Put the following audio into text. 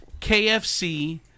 KFC